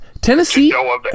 Tennessee